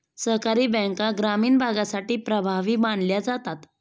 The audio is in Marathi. सहकारी बँका ग्रामीण भागासाठी प्रभावी मानल्या जातात